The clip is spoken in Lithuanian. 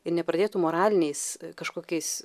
ir nepradėtų moraliniais kažkokiais